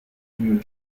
new